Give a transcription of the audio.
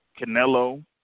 Canelo